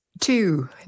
two